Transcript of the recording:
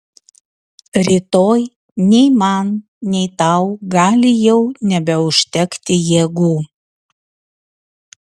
rytoj nei man nei tau gali jau nebeužtekti jėgų